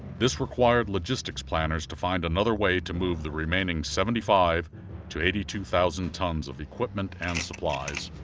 this required logistics planners to find another way to move the remaining seventy-five to eighty-two thousand tons of equipment and supplies.